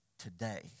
today